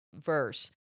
verse